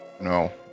no